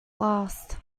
last